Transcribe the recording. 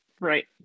right